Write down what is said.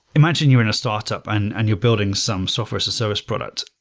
imagine you're in a startup and and you're building some software as a service product.